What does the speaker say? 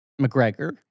McGregor